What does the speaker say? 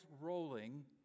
rolling